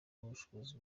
n’ubushobozi